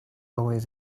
lawyers